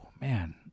man